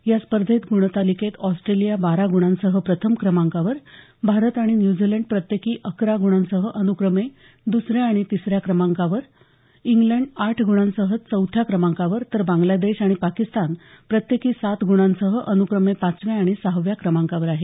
या स्पर्धेत गुणतालिकेत ऑस्ट्रेलिया बारा गुणांसह प्रथम क्रमांकावर भारत आणि न्यूझीलंड प्रत्येकी अकरा गुणांसह अनुक्रमे द्सऱ्या आणि तिसऱ्या क्रमांकावर इंग्लंड आठ गुणांसह चौथ्या क्रमांकावर तर बांग्लादेश आणि पाकिस्तान प्रत्येकी सात सात गुणांसह अनुक्रमे पाचव्या आणि सहाव्या क्रमांकावर आहेत